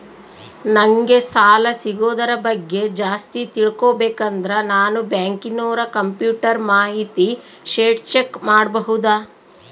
ನಂಗೆ ಸಾಲ ಸಿಗೋದರ ಬಗ್ಗೆ ಜಾಸ್ತಿ ತಿಳಕೋಬೇಕಂದ್ರ ನಾನು ಬ್ಯಾಂಕಿನೋರ ಕಂಪ್ಯೂಟರ್ ಮಾಹಿತಿ ಶೇಟ್ ಚೆಕ್ ಮಾಡಬಹುದಾ?